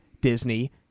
Disney